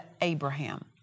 Abraham